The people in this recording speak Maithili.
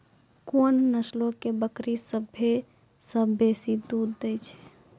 कोन नस्लो के बकरी सभ्भे से बेसी दूध दै छै?